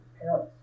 parents